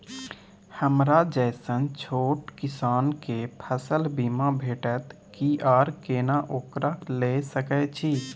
हमरा जैसन छोट किसान के फसल बीमा भेटत कि आर केना ओकरा लैय सकैय छि?